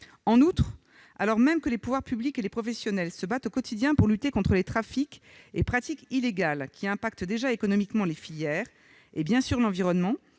En outre, alors même que les pouvoirs publics et les professionnels se battent au quotidien contre les trafics et les pratiques illégales qui touchent économiquement les filières et, bien sûr, portent